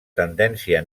tendència